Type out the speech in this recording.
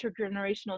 intergenerational